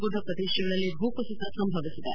ಗುಡ್ಡ ಪ್ರದೇಶಗಳಲ್ಲಿ ಭೂಕುಸಿತ ಸಂಭವಿಸಿದೆ